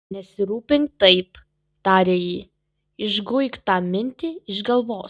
nesirūpink taip tarė ji išguik tą mintį iš galvos